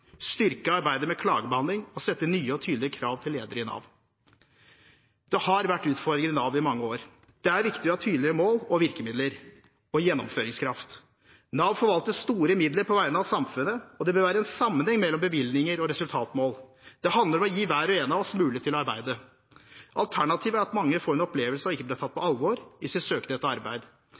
styrke arbeidet med klagebehandling og sette nye og tydeligere krav til ledere i Nav. Det har vært utfordringer i Nav gjennom mange år. Det er viktig å ha tydelige mål, virkemidler og gjennomføringskraft. Nav forvalter store midler på vegne av samfunnet, og det bør være en sammenheng mellom bevilgninger og resultatmål. Det handler om å gi hver og en av oss mulighet til å arbeide. Alternativet er at mange får en opplevelse av ikke å bli tatt på alvor hvis de søker etter arbeid.